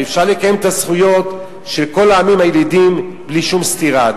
ואפשר לקיים את הזכויות של כל העמים הילידים בלי שום סתירה,